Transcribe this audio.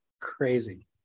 Crazy